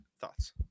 thoughts